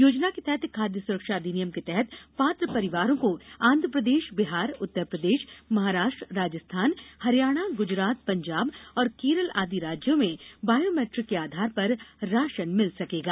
योजना के तहत खाद्य सुरक्षा अधिनियम के तहत पात्र परिवारों को आन्ध्रप्रदेश बिहार उत्तरप्रदेश महाराष्ट्र राजस्थान हरियाणा गुजरात पंजाब और केरल आदि राज्यों में बायोमेट्रिक के आधार पर राशन मिल सकेगा